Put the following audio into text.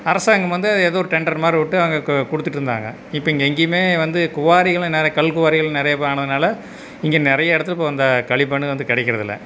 அரசாங்கம் வந்து ஏதோ ஒரு டெண்ட்ரு மாரிவிட்டு அங்கே கொடுத்துட்டிருந்தாங்க இப்போ இங்கே எங்கையுமே வந்து குவாரிகளும் கல் குவாரிகள் நிறைய ஆனதினால இங்கே நிறைய இடத்துக்கு அந்த களிமண் வந்து கிடைக்கிறதில்ல